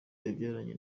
yabyaranye